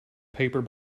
paper